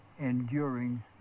enduring